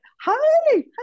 Hi